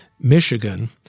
Michigan